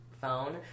phone